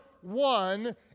one